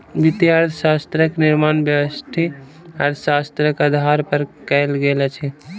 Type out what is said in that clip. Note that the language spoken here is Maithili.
वित्तीय अर्थशास्त्रक निर्माण व्यष्टि अर्थशास्त्रक आधार पर कयल गेल अछि